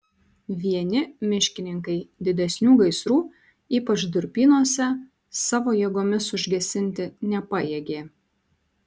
vieni miškininkai didesnių gaisrų ypač durpynuose savo jėgomis užgesinti nepajėgė